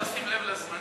אם אפשר לשים לב לזמנים,